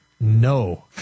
no